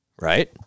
right